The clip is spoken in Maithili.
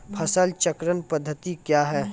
फसल चक्रण पद्धति क्या हैं?